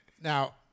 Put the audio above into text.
Now